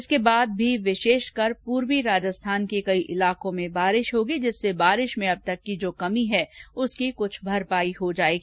उसके बाद भी विशेषकर पूर्वी राजस्थान के कई इलाकों में बारिश होगी जिससे बारिश में अब तक की जो कमी है उसकी कुछ भरपाई हो जाएगी